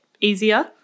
easier